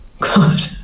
God